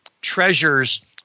treasures